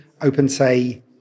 OpenSay